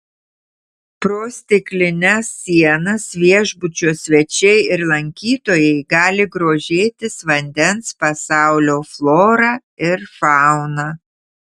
pro stiklines sienas viešbučio svečiai ir lankytojai gali grožėtis vandens pasaulio flora ir fauna